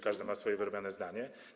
Każdy ma swoje wyrobione zdanie.